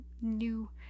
new